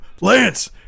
Lance